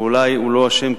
ואולי הוא לא אשם,